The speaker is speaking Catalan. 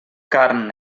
carn